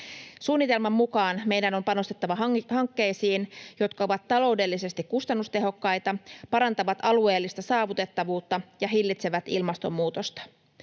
Suunnitelman mukaan meidän on panostettava hankkeisiin, jotka ovat taloudellisesti kustannustehokkaita, parantavat alueellista saavutettavuutta ja hillitsevät ilmastonmuutosta.